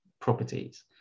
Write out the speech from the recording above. properties